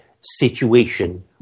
situation